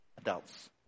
Adults